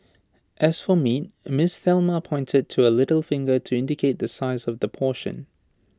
as for meat miss Thelma pointed to her little finger to indicate the size of the portion